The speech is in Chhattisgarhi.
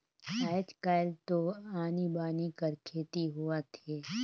आयज कायल तो आनी बानी कर खेती होवत हे